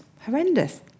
Horrendous